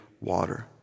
water